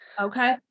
okay